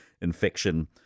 infection